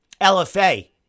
LFA